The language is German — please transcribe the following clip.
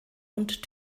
und